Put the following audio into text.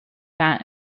bat